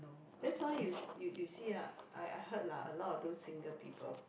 that's why you s~ you you see ah I I heard lah a lot of those single people